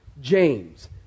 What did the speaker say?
James